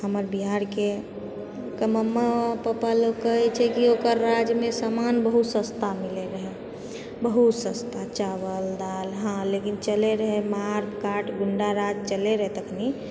हमर बिहारके तऽ मम्मा पप्पा लोक कहैछै कि ओकर राज्यमे सामान बहुत सस्ता मिलेै रहै बहुत सस्ता चावल दाल लेकिन हँ लेकिन चलै रहै मारकाट गुंडाराज चलै रहै तखनि